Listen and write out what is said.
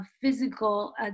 physical